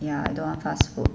ya I don't want fast food